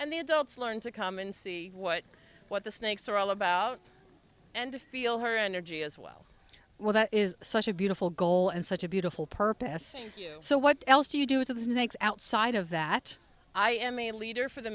and the adults learn to come and see what what the snakes are all about and to feel her energy as well well that is such a beautiful goal and such a beautiful purpose and you so what else do you do with the snakes outside of that i am a leader for the